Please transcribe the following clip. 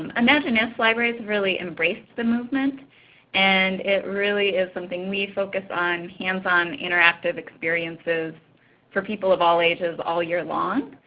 um imagineif libraries have really embraced the movement and it really is something we focus on hands-on interactive experiences for people of all ages all year long.